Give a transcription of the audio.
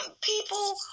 people